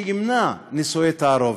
שימנע נישואי תערובת?